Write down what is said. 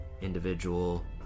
individual